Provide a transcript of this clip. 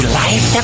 life